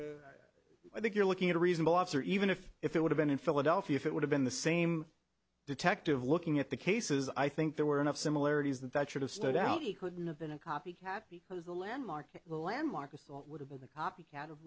maybe i think you're looking at a reasonable officer even if if it would have been in philadelphia if it would have been the same detective looking at the cases i think there were enough similarities that that should have stood out he couldn't have been a copycat because the landmark landmark would have been the copycat of